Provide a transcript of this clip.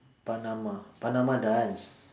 panama panama dance